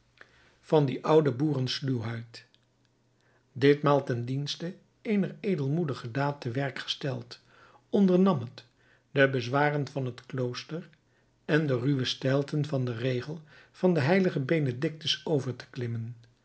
van die oude boerensluwheid ditmaal ten dienste eener edelmoedige daad te werk gesteld ondernam het de bezwaren van het klooster en de ruwe steilten van den regel van den h benedictus over te klimmen